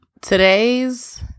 today's